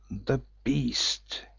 the beast!